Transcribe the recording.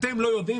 אנחנו לא יודעים,